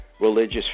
Religious